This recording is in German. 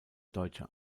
deutsche